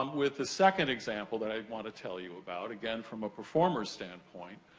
um with the second example that i want to tell you about. again, from a performer's standpoint.